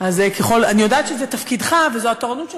אני יודעת שזה תפקידך וזאת התורנות שלך,